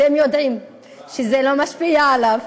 אתם יודעים שזה לא משפיע עלי,